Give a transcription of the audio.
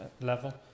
level